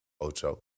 Ocho